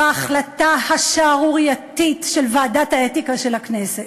בהחלטה השערורייתית של ועדת האתיקה של הכנסת.